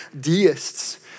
deists